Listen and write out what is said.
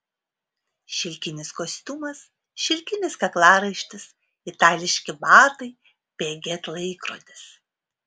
šilkinis kostiumas šilkinis kaklaraištis itališki batai piaget laikrodis